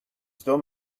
still